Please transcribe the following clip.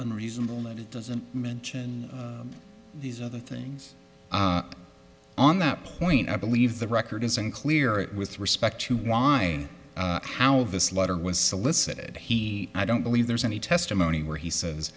unreasonable and it doesn't mention these other things on that point i believe the record is unclear with respect to why how this letter was solicited he i don't believe there's any testimony where he says